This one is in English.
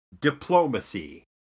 diplomacy